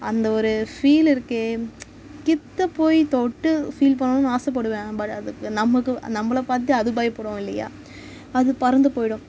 அந்த ஒரு ஃபீலு இருக்கே கிட்டேப்போயி தொட்டு ஃபீல் பண்ணணும்னு ஆசைப்படுவேன் ஆனால் பட் அதுக்கு நமக்கு நம்பளை பார்த்து அது பயப்படும் இல்லையா அது பறந்து போயிடும்